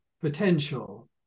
potential